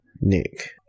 Nick